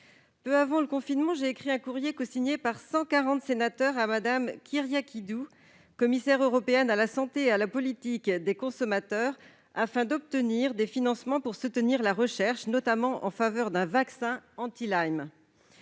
Peu avant le confinement, j'ai adressé un courrier cosigné par cent quarante sénateurs à Mme Kyriakídou, commissaire européenne à la santé et à la politique des consommateurs, afin d'obtenir des financements pour soutenir la recherche, notamment en faveur d'un vaccin contre